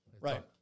right